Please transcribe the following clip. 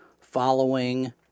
following